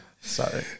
sorry